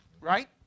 Right